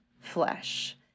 flesh